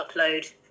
upload